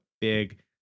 big